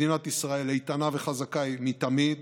מדינת ישראל איתנה וחזקה מתמיד,